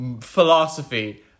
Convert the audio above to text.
philosophy